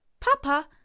papa